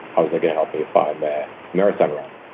how is that gonna help me if i'm a marathon runner?